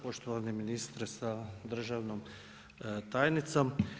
Poštovani ministre sa državnom tajnicom.